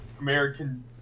American